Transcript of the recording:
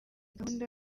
gahunda